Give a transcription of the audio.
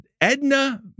Edna